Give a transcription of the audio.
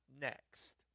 next